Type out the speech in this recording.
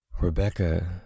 Rebecca